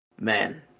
man